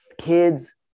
kids